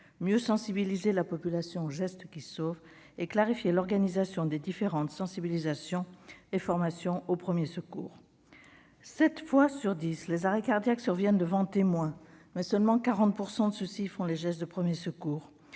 mieux sensibiliser la population aux gestes qui sauvent ; clarifier l'organisation des différentes sensibilisations et formations aux premiers secours. Sept fois sur dix, les arrêts cardiaques surviennent devant témoins, mais seulement 40 % de ceux-ci accomplissent les gestes de premiers secours.